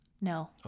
No